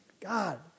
God